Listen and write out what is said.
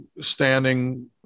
standing